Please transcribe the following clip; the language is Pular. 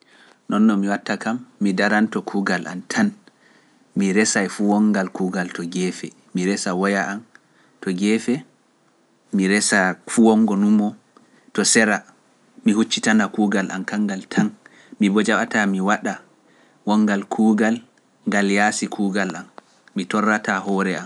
Noon no mi watta kam mi daranto kuugal am tan mi resay fu wongal kuugal to jeefe mi resa woya am to jeefe mi resa fu wongo nun mo to sera mi huccitana kuugal am kangal tan mi bojawata mi waɗa wongal kuugal ngal yaasi kuugal am mi torrata hoore am